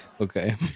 okay